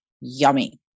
yummy